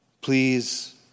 Please